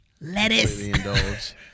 Lettuce